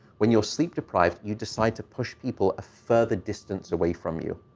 when you're sleep-deprived, you decide to push people a further distance away from you.